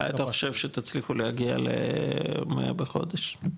אתה חושב שתצליח להגיע למאה בחודש?